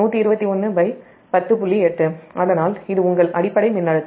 8 அதனால்இது உங்கள் அடிப்படை மின்னழுத்தம் 123